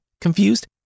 confused